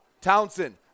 Townsend